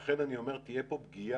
לכן אני אומר, תהיה פה פגיעה.